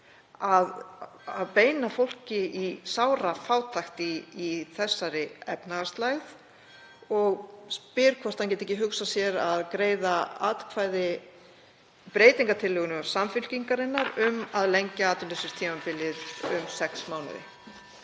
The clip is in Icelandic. að beina fólki í sárafátækt í þessari efnahagslægð og spyr hvort hann geti ekki hugsað sér að greiða atkvæði breytingartillögu Samfylkingarinnar um að lengja atvinnuleysistímabilið um sex mánuði.